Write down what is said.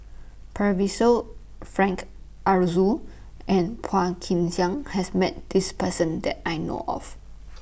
Percival Frank Aroozoo and Phua Kin Siang has Met This Person that I know of